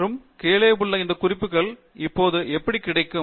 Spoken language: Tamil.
மற்றும் கீழே உள்ள இந்த குறிப்புகள் இப்போது எப்படி கிடைக்கும்